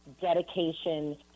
dedication